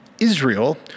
Israel